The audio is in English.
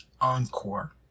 encore